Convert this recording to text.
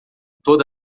toda